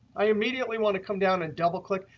i immediately want to come down and double click.